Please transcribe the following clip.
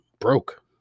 broke